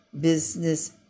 business